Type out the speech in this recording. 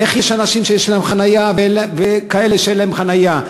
איך יש אנשים שיש להם חניה וכאלה שאין להם חניה?